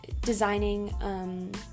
designing